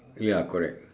ya correct